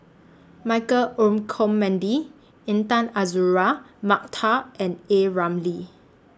Michael Olcomendy Intan Azura Mokhtar and A Ramli